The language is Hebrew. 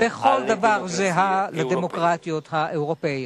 בכל דבר זהה, לדמוקרטיות האירופיות.